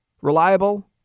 Reliable